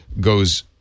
goes